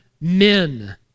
men